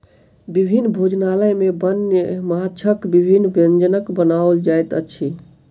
विभिन्न भोजनालय में वन्य माँछक विभिन्न व्यंजन बनाओल जाइत अछि